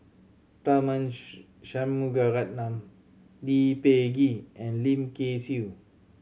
Tharman Shanmugaratnam Lee Peh Gee and Lim Kay Siu